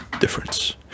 difference